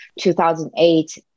2008